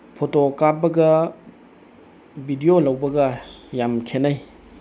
photo ꯀꯥꯞꯄꯒ video ꯂꯧꯕꯒ ꯌꯥꯝ ꯈꯦꯅꯩ